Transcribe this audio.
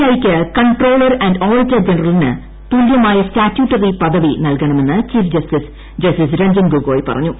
I യ്ക്ക് controller and auditor ജനറലിന് തുല്യമായ സ്റ്റാറ്റ്യൂട്ടറി പദവി നൽകണമെന്ന് chief justice justice Ranjan Gogoi പറഞ്ഞു